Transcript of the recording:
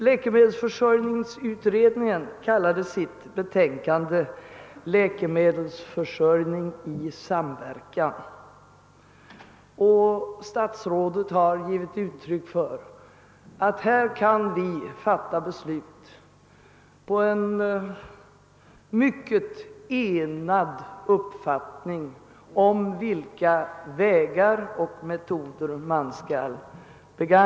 Läkemedelsförsörjningsutredningen kallade sitt betänkande Läkemedelsförsörjning i samverkan. Statsrådet har också givit uttryck för att vi i detta avseende kan fatta beslut på grundval av en mycket enig uppfattning om vilka vägar och metoder man skall följa.